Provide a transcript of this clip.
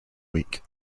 week